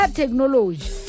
technology